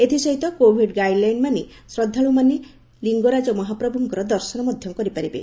ଏଥିସହିତ covid guideline ମାନି ଶ୍ରଦ୍ଧାଳୁମାନେ ଲିଙ୍ଗରାଜ ମହାପ୍ରଭୁଙ୍କ ଦର୍ଶନ କରିପାରିବେ